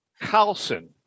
Carlson